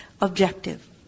objective